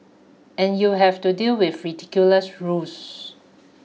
and you have to deal with ridiculous rules